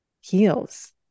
heals